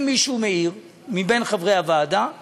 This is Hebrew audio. אם מישהו מחברי הוועדה מעיר,